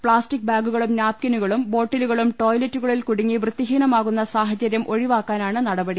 plastic ബാഗുകളും നാപ്കിനുകളും ബോട്ടി ലുകളും ടോയ്ലറ്റുകളിൽ കുടുങ്ങി വൃത്തിഹീനമാകുന്ന സാഹചര്യം ഒഴിവാക്കാനാണ് നടപടി